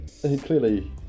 clearly